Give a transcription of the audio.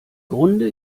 grunde